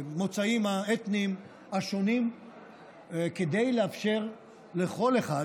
והמוצאים האתניים השונים כדי לאפשר לכל אחד